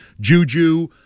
Juju